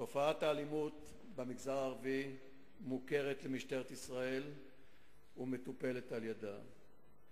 תופעת האלימות במגזר הערבי מוכרת למשטרת ישראל ומטופלת על-ידה.